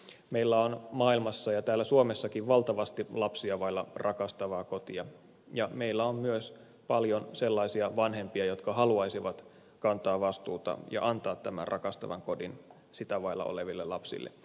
meillä on maailmassa ja täällä suomessakin valtavasti lapsia vailla rakastavaa kotia ja meillä on myös paljon sellaisia vanhempia jotka haluaisivat kantaa vastuuta ja antaa tämän rakastavan kodin sitä vailla oleville lapsille